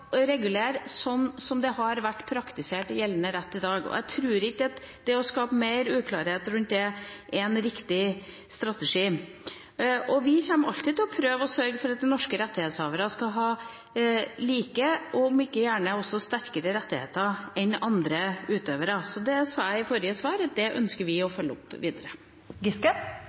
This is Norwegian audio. regulere slik det har vært praktisert i gjeldende rett i dag, og jeg tror ikke at det å skape mer uklarhet rundt det er en riktig strategi. Vi kommer alltid til å prøve å sørge for at norske rettighetshavere skal ha like, om ikke også sterkere rettigheter enn andre utøvere. Det sa jeg i forrige svar at vi ønsker å følge opp videre.